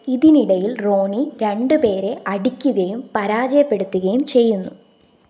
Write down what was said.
ഇതിനിടയിൽ റോണി രണ്ട് പേരെ അടിക്കുകയും പരാജയപ്പെടുത്തുകയും ചെയ്യുന്നു